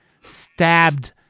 stabbed